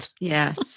Yes